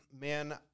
man